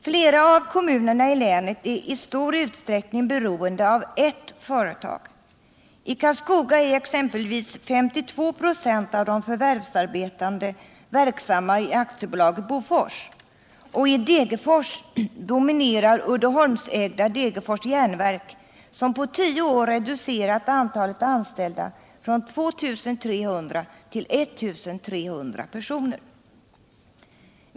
Flera av kommunerna i länet är i stor utsträckning beroende av ert företag. I Karlskoga exempelvis är 52 26 av de förvärvsarbetande verksamma i Aktiebolaget Bofors. I Degerfors dominerar Uddeholmsägda Degerfors Järnverk, som på tio år reducerat antalet anställda från 2300 till 1300 personer.